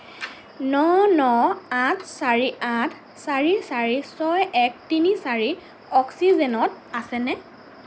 ন ন আঠ চাৰি আঠ চাৰি চাৰি ছয় এক তিনি চাৰি অক্সিজেনত আছেনে